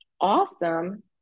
awesome